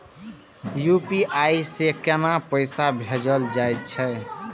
UPI से केना पैसा भेजल जा छे?